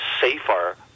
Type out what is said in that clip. safer